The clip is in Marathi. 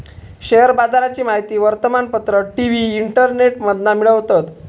शेयर बाजाराची माहिती वर्तमानपत्र, टी.वी, इंटरनेटमधना मिळवतत